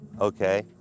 Okay